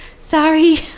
Sorry